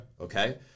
Okay